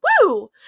woo